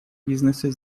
бизнеса